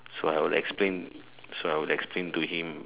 so I would explain so I would explain to him